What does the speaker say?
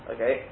Okay